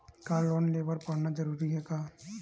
का लोन ले बर पढ़ना जरूरी हे का?